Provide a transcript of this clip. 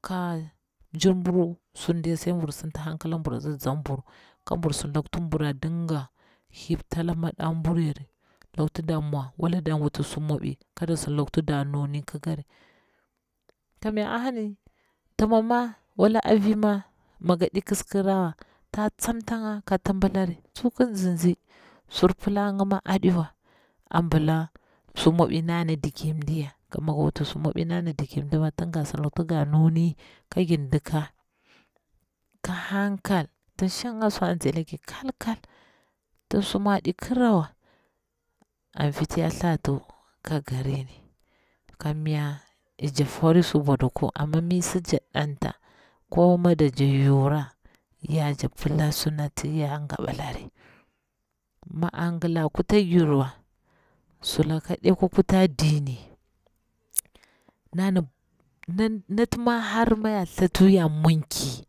Kah mjirburu sun diya sai bur sin ti hankala bur atsi nzaburu ka bur sidi laku ti bura dinga liptala maɗaburayare laku ti da mwa wala dan wuti su mwabi kada sin lakuti da nuni ƙikari kamnya a hanani timama wala afiyi ma mi gaɗi kis kirawa ta tsamtanga kata tibillari tsu ƙi tsitsi, ki tsi sur pila nga ma adiwa abila su mwabwi nati ona digi mdi ni nya, kal migir wutisar mwabui nati ana digi mɗini ma tig ga sidi laku ta nga nuni kagirɗika ka han kal, tin nshanga su atiz alagir kal kal, tin sumaɗi kirawa, an fiti ya thatuka garinni, kamnya ijikti fori su duku amma mi si jakti ɗanta, ko mi dak jakti yura ya jakti pila su nati ya gabilla ri mi an gila kuta girwa sulaka ɗi akwa kuta dini nati ma lormi yaa thati ya mwaki